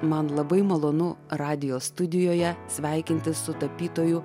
man labai malonu radijo studijoje sveikintis su tapytoju